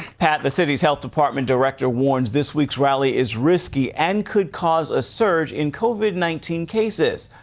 pat the city's health department director warns this week's rally is risky and could cause a surge in covid nineteen cases.